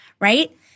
right